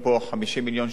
50 מיליון שם,